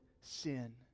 sin